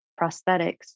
prosthetics